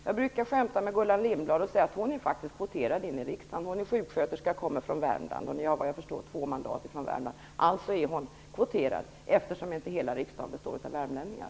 Jag brukar skämta med Gullan Lindblad och säga att hon faktiskt är kvoterad in i riksdagen. Hon är sjuksköterska och kommer från Värmland. Moderaterna har vad jag förstår två mandat från Värmland. Alltså är hon kvoterad eftersom inte hela riksdagen består av värmlänningar.